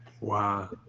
Wow